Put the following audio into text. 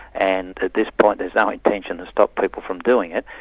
and at this point there's no intention to stop people from doing it,